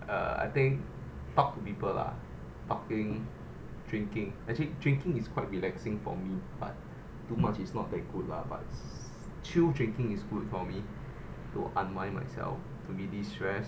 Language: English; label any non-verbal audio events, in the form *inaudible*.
err I think talk to people lah talking drinking actually drinking is quite relaxing for me but *breath* too much is not very good lah but chill drinking is good for me to unwind myself to release stress